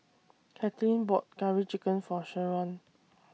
Kathlyn bought Curry Chicken For Sherron